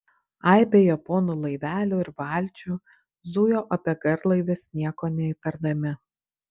aibė japonų laivelių ir valčių zujo apie garlaivius nieko neįtardami